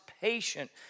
patient